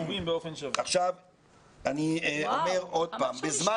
אני אומר שוב